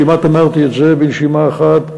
כמעט אמרתי את זה בנשימה אחת,